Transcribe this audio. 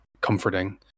comforting